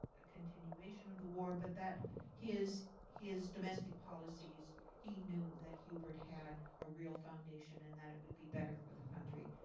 a continuation of the war, but that his his domestic policies he knew that hubert had a real foundation, and that it would be better for the country.